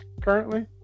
currently